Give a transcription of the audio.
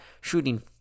shooting